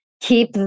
keep